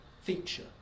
feature